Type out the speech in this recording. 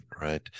right